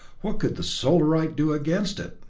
what could the solarite do against it?